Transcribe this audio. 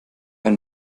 ein